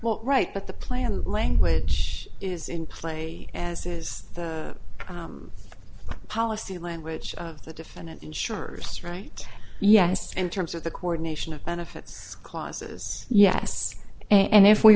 well right but the plan language is in play as is the policy language of the defendant right yes in terms of the coordination of benefits clauses yes and if we